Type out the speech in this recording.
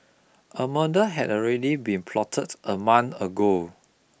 a murder had already been plotted a month ago